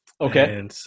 Okay